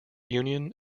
union